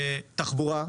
גם משרד התחבורה.